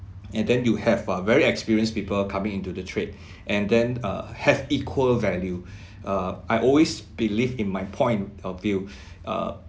and then you have uh very experienced people coming into the trade and then uh have equal value err I always believed in my point of view err